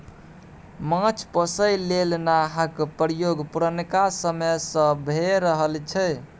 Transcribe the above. माछ पोसय लेल नाहक प्रयोग पुरनका समय सँ भए रहल छै